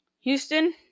Houston